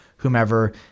Whomever